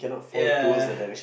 ya